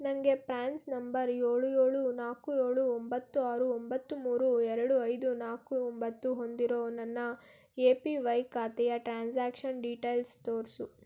ನನಗೆ ಪ್ರ್ಯಾನ್ಸ್ ನಂಬರ್ ಏಳು ಏಳು ನಾಲ್ಕು ಏಳು ಒಂಬತ್ತು ಆರು ಒಂಬತ್ತು ಮೂರು ಎರಡು ಐದು ನಾಲ್ಕು ಒಂಬತ್ತು ಹೊಂದಿರೊ ನನ್ನ ಎ ಪಿ ವೈ ಖಾತೆಯ ಟ್ರಾನ್ಸಾಕ್ಷನ್ ಡೀಟೈಲ್ಸ್ ತೋರಿಸು